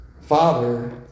Father